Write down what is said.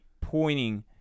pointing